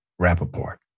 Rappaport